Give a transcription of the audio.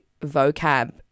vocab